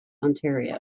ontario